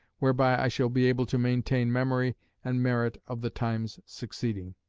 whereby i shall be able to maintain memory and merit of the times succeeding.